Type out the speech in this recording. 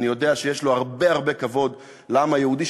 אני יודע שיש לו הרבה הרבה כבוד לעם היהודי,